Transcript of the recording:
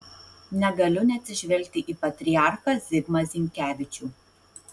negaliu neatsižvelgti į patriarchą zigmą zinkevičių